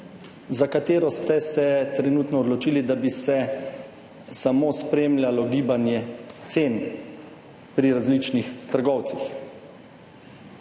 za katero ste se trenutno odločili, da bi se samo spremljalo gibanje cen pri različnih trgovcih.